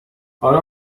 حالا